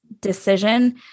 decision